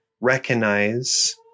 recognize